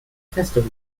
festung